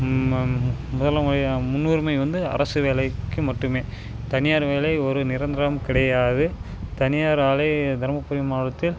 முன்னுரிமை வந்து அரசு வேலைக்கு மட்டுமே தனியார் வேலை ஒரு நிரந்தரம் கிடையாது தனியார் ஆலை தருமபுரி மாவட்டத்தில்